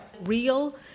Real